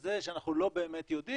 בזה שאנחנו לא באמת יודעים,